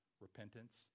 repentance